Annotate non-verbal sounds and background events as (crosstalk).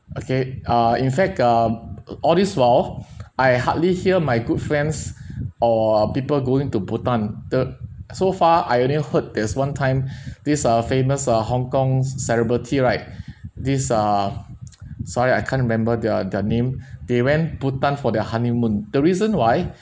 okay uh in fact uh (noise) all this while (breath) I hardly hear my good friends or people going to bhutan the so far I only heard there's one time this uh famous uh hong kong celebrity right this uh (noise) sorry I can't remember their their name they went bhutan for their honeymoon the reason why